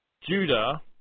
Judah